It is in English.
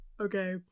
Okay